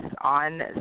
on